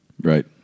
Right